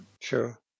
Sure